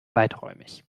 weiträumig